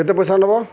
କେତେ ପଇସା ନବ